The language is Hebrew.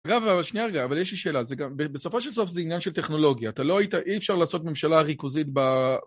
רגע, שנייה רגע, אבל יש לי שאלה, בסופו של סוף זה עניין של טכנולוגיה. אתה לא היית. אי אפשר לעשות ממשלה ריכוזית ב...